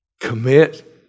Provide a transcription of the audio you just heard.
Commit